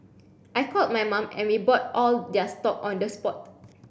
I called my mum and we bought all their stock on the spot